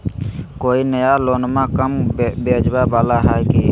कोइ नया लोनमा कम ब्याजवा वाला हय की?